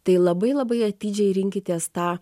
tai labai labai atidžiai rinkitės tą